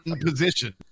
position